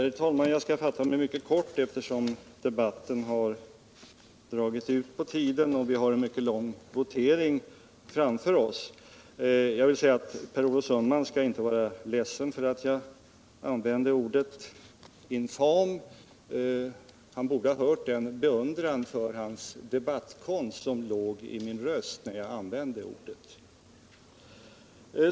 Herr talman! Jag skall fatta mig mycket kort, eftersom debatten har dragit ut på tiden och vi har en mycket lång votering framför oss. Per Olof Sundman skall inte vara ledsen för att jag använde ordet ”infam”. Han borde ha hört den beundran för hans debattkonst som låg i min röst när jag gjorde det.